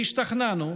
והשתכנענו,